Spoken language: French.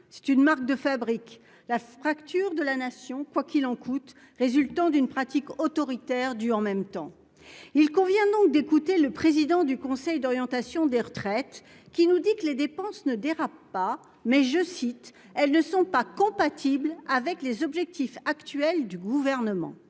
C'est une marque de fabrique, la fracture de la nation. Quoi qu'il en coûte résultant d'une pratique autoritaire du en même temps, il convient donc d'écouter le président du conseil d'orientation des retraites qui nous dit que les dépenses ne dérape pas mais je cite, elles ne sont pas compatibles avec les objectifs actuels du gouvernement.